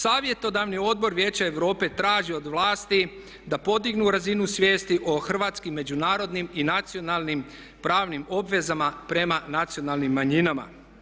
Savjetodavni odbor Vijeća Europe traži od vlasti da podignu razinu svijesti o hrvatskim, međunarodnim i nacionalnim pravnim obvezama prema nacionalnim manjinama.